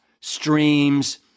streams